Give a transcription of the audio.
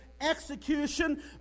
execution